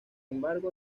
embargo